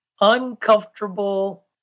uncomfortable